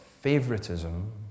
favoritism